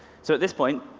so at this point,